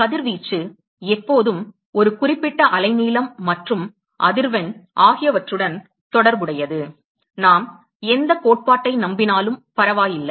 கதிர்வீச்சு எப்போதும் ஒரு குறிப்பிட்ட அலைநீளம் மற்றும் அதிர்வெண் ஆகியவற்றுடன் தொடர்புடையது நாம் எந்தக் கோட்பாட்டை நம்பினாலும் பரவாயில்லை